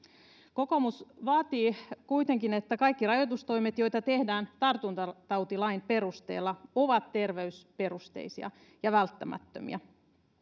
kokoomus vaatii kuitenkin että kaikki rajoitustoimet joita tehdään tartuntatautilain perusteella ovat terveysperusteisia ja välttämättömiä